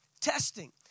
testing